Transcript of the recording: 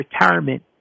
retirement